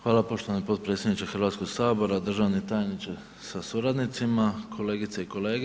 Hvala poštovani potpredsjedniče Hrvatskog sabora, državni tajniče sa suradnicima, kolegice i kolege.